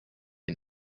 ihn